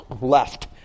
left